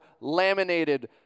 laminated